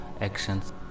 actions